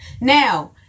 now